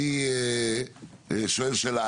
שואל שאלה,